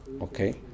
Okay